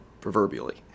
proverbially